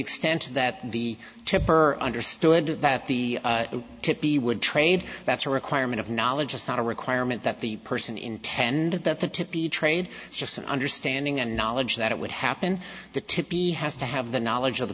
extent that the tipper understood that the tipi would trade that's a requirement of knowledge it's not a requirement that the person intended that the tip be trade just an understanding and knowledge that it would happen the tipi has to have the knowledge of the